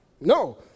No